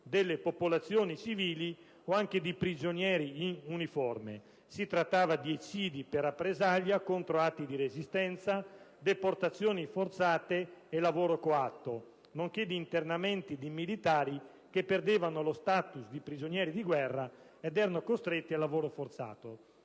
delle popolazioni civili o anche di prigionieri in uniforme. Si trattava di eccidi per rappresaglia contro atti di resistenza, deportazioni forzate e lavoro coatto, nonché di internamenti di militari che perdevano lo *status* di prigionieri di guerra ed erano costretti al lavoro forzato.